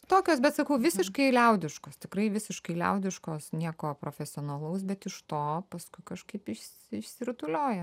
tokios bet sakau visiškai liaudiškos tikrai visiškai liaudiškos nieko profesionalaus bet iš to paskui kažkaip išsi išsirutulioja